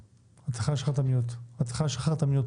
- שרון, בזום,